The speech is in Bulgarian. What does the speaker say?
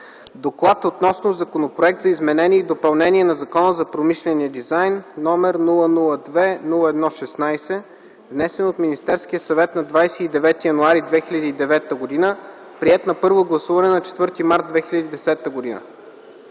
„ДОКЛАД относно Законопроект за изменение и допълнение на Закона за промишления дизайн, № 002-01-16, внесен от Министерския съвет на 29 януари 2009 г., приет на първо гласуване на 04 март 2010 г.